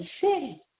City